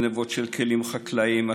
גנבות של כלים חקלאיים,